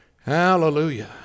Hallelujah